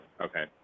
Okay